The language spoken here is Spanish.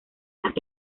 las